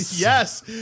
Yes